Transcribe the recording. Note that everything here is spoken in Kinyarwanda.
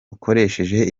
ukoresheje